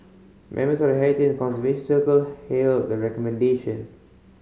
members of heritage and conservation circle hailed the recommendation